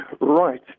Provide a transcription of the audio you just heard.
right